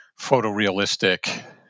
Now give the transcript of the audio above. photorealistic